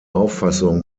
auffassung